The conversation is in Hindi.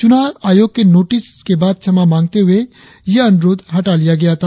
चुनाव आयोग के नोटिस के बाद क्षमा मांगते हुए यह अनुरोध हटा लिया गया था